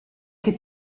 che